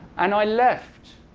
and i left.